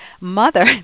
mother